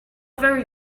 very